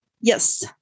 Yes